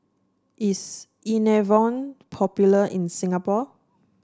is Enervon popular in Singapore